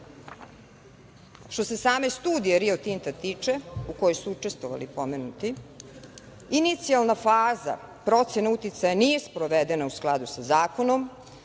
što se same studije Rio Tinta tiče, u kojoj su učestvovali pomenuti, inicijalna faza procene uticaja nije sprovedena u skladu sa zakonom,